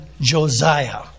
Josiah